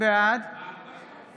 בעד